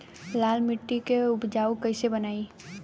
लाल मिट्टी के उपजाऊ कैसे बनाई?